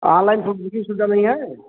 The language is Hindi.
ऑनलाइन बुकिंग की सुविधा नहीं है